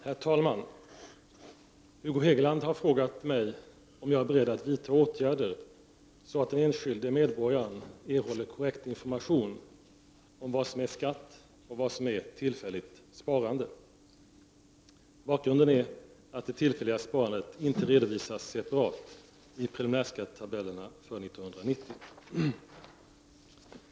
Herr talman! Hugo Hegeland har frågat mig om jag är beredd att vidta åtgärder så att den enskilde medborgaren erhåller korrekt information om vad som är skatt och vad som är tillfälligt sparande. Bakgrunden är att det tillfälliga sparandet inte redovisas separat i preliminärskattetabellerna för 1990.